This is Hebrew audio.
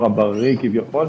כוועדה.